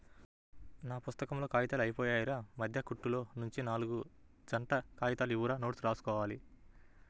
నా పుత్తకంలో కాగితాలు అయ్యిపొయ్యాయిరా, మద్దె కుట్టులోనుంచి నాల్గు జంట కాగితాలు ఇవ్వురా నోట్సు రాసుకోవాలి